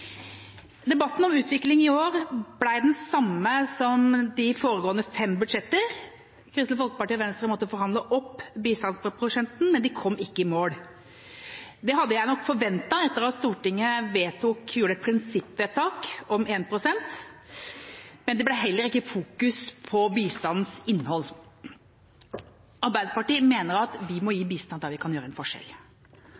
Debatten om utvikling i år ble den samme som ved de foregående fem budsjetter. Kristelig Folkeparti og Venstre måtte forhandle opp bistandsprosenten, men de kom ikke i mål. Det hadde jeg nok forventet etter at Stortinget gjorde et prinsippvedtak om 1 pst. Det ble heller ikke fokusert på bistandens innhold. Arbeiderpartiet mener at vi må gi